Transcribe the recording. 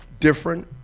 different